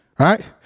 right